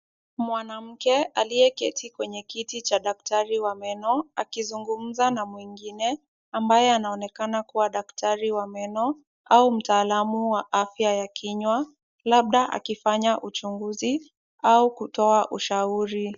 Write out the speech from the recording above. Mwanamke aliyeketi kwenye kiti cha daktari wa meno, akizungumza na mwingine ambaye anaonekana kuwa daktari wa meno au mtaalamu wa afya ya kinywa, labda akifanya uchunguzi au kutoa ushauri.